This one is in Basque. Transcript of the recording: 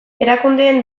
erakundeen